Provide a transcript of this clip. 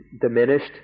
diminished